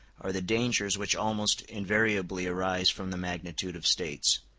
are the dangers which almost invariably arise from the magnitude of states.